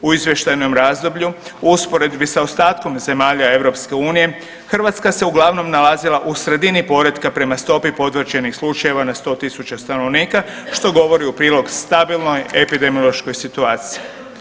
U izvještajnom razdoblju, u usporedbi sa ostatkom zemalja EU, Hrvatska se uglavnom nalazila u sredini poretka prema stopi potvrđenih slučajeva na 100 tisuća stanovnika, što govori u prilog stabilnoj epidemiološkoj situaciji.